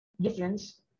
difference